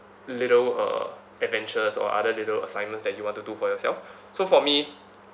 little uh adventures or other little assignments that you want to do for yourself so for me